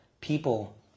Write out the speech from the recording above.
people